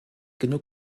genug